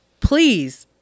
Please